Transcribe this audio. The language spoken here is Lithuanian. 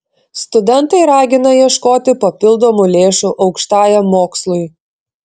studentai ragina ieškoti papildomų lėšų aukštajam mokslui